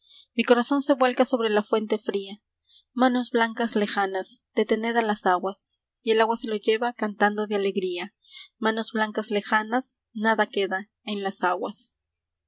corazón se vuelca sobre la fuente fría manos blancas lejanas detened a las aguas y el agua se lo lleva cantando de aleo ría manos blancas lejanas nada queda en las aguas